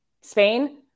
Spain